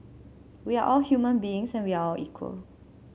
we're all human beings and we all are equal